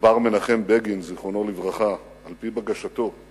נקבר מנחם בגין, זיכרונו לברכה, על-פי בקשתו,